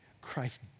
Christ